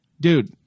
dude